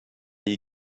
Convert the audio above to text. you